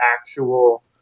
actual